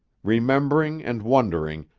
remembering and wondering,